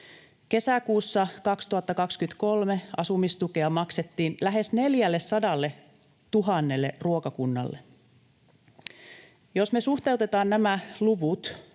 Kesäkuussa 2023 asumistukea maksettiin lähes 400 000 ruokakunnalle. Jos me suhteutamme nämä luvut